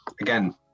again